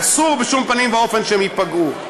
אסור בשום פנים ואופן שהם ייפגעו.